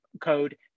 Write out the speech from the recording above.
code